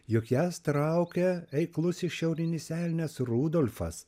juk jas traukia eiklusis šiaurinis elnias rudolfas